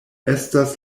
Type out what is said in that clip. estas